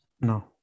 No